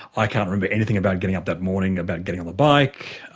i can't remember anything about getting up that morning, about getting on the bike,